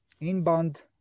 inbound